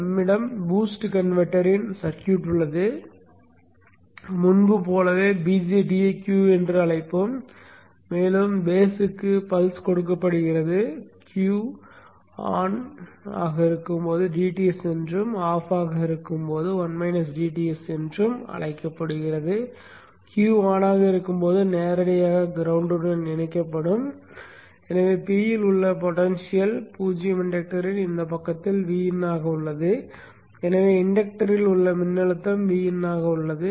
எங்களிடம் பூஸ்ட் கன்வெர்ட்டரின் சர்க்யூட் உள்ளது முன்பு போலவே BJT யை Q என்று அழைப்போம் மேலும் பேஸ் க்கு பல்ஸ் கொடுக்கப்படுகிறது Q ஆனது ON ஆக இருக்கும் போது dTs என்றும் Q ஆஃப் ஆகும் போது 1 dTs என்றும் அழைக்கப்படுகிறது Q on ஆக இருக்கும் போது நேரடியாக கிரௌண்ட் உடன் இணைக்கப்படும் எனவே P இல் உள்ள பொடென்ஷியல் 0 இண்டக்டரின் இந்தப் பக்கத்தில் V in ஆக உள்ளது எனவே இண்டக்டரில் உள்ள மின்னழுத்தம் V in ஆக உள்ளது